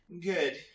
Good